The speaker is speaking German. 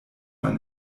ein